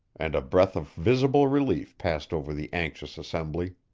and a breath of visible relief passed over the anxious assembly.